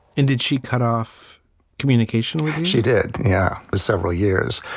indeed, she cut off communication with you. she did. yeah, several years.